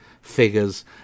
figures